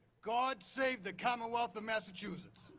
god save the commonwealth of massachusetts.